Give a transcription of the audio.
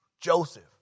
Joseph